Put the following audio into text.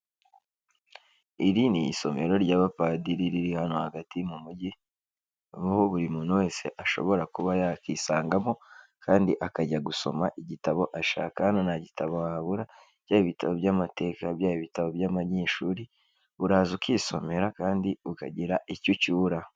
Iri ni isomero ry'abapadiri riri hano hagati mu mugi, aho buri muntu wese ashobora kuba yakisangamo kandi akajya gusoma igitabo ashaka, hano nta gitabo wahabura, byaba ibitabo by'amateka, byaba ibitabo by'abanyeshuri, uraza ukisomera kandi ukagira icyo ucyura.